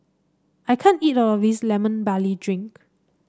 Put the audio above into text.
I can't eat all of this Lemon Barley Drink